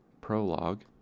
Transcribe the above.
prologue